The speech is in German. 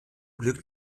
glück